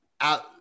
out